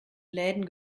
läden